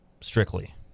strictly